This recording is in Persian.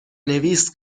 نویس